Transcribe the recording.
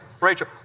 Rachel